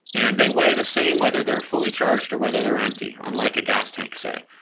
and they weigh the same whether they are fully charged or whether they are empty, unlike a gas tank say.